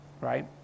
right